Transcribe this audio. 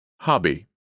hobby